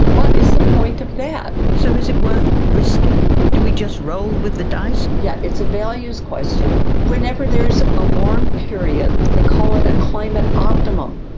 what is the point of that? so is it worth risking? do we just roll with the dice? yes, it's a values question. whenever there is a warm period, they call it a climate optimum.